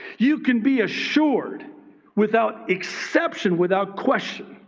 you can be assured without exception, without question